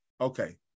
Okay